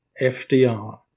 FDR